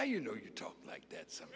now you know you talk like that so